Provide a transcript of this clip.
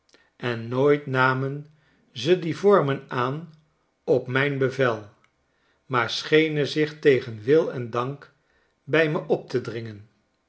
en nooit namen ze die vormen aan op mijn bevel maar schenen zich tegen wil en dank bij me op te dringen